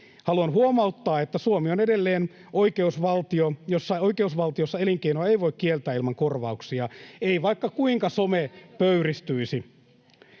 Haluan huomauttaa, että Suomi on edelleen oikeusvaltio, jossa elinkeinoa ei voi kieltää ilman korvauksia, [Pia Lohikoski: Ei sellaista